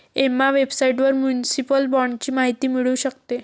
Emma वेबसाइटवर municipal बाँडची माहिती मिळू शकते